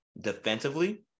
defensively